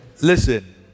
Listen